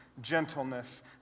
gentleness